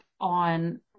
on